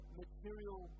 material